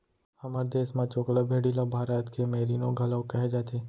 हमर देस म चोकला भेड़ी ल भारत के मेरीनो घलौक कहे जाथे